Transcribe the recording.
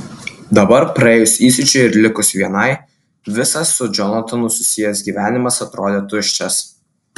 dabar praėjus įsiūčiui ir likus vienai visas su džonatanu susijęs gyvenimas atrodė tuščias